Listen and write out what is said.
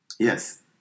Yes